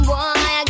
Boy